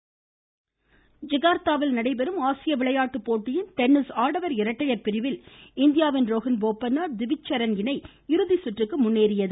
collector voice ஆசிய விளையாட்டு ஜகார்த்தாவில் நடைபெறும் ஆசிய விளையாட்டு போட்டியின் டென்னிஸ் ஆடவர் இரட்டையர் பிரிவில் இந்தியாவின் ரோஹன் போபன்னா திவித் சரண் இணை இறுதிச்சுற்றுக்கு முன்னேறியுள்ளது